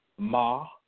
Ma